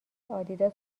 آدیداس